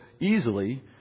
easily